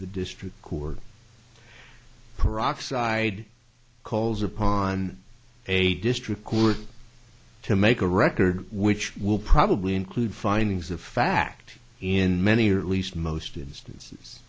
the district court peroxide calls upon a district court to make a record which will probably include findings of fact in many or least most instances